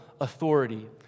authority